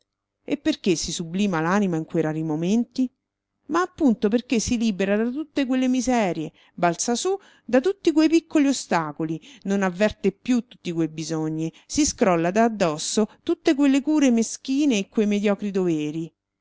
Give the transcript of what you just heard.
e perché si sublima l'anima in quei rari momenti ma appunto perché si libera da tutte quelle miserie balza su da tutti quei piccoli ostacoli non avverte più tutti quei bisogni si scrolla da addosso tutte quelle cure meschine e quei mediocri doveri